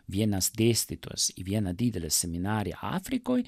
vienas dėstytojas į vieną didelę seminariją afrikoj